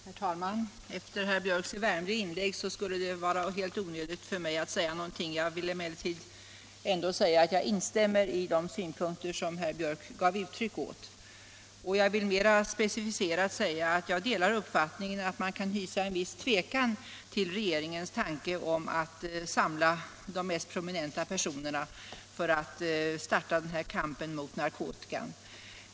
Herr talman! Efter herr Biörcks i Värmdö inlägg skulle det vara helt onödigt för mig att säga någonting. Jag vill instämma i de synpunkter som herr Biörck gav uttryck åt. Mera specificerat vill jag säga att jag delar uppfattningen att man kan hysa en viss tvekan inför regeringens tanke att samla de mest prominenta personerna för att starta den här kampen mot narkotikan.